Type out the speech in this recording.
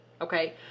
Okay